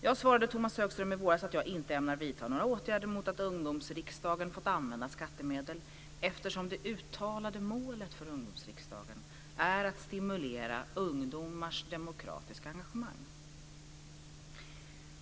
Jag svarade Tomas Högström i våras att jag inte ämnar vidta några åtgärder mot att Ungdomsriksdagen fått använda skattemedel, eftersom det uttalade målet för Ungdomsriksdagen är att stimulera ungdomars demokratiska engagemang.